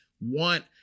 want